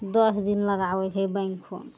दस दिन लगाबय छै बैंको